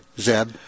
Zeb